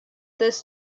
this